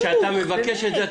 כשאתה מבקש את זה,